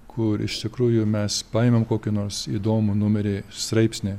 kur iš tikrųjų mes paimam kokį nors įdomų numerį straipsnį